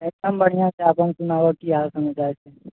एकदम बढ़िआँ छै अपन सुनाबऽ की हाल समाचार छै